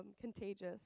contagious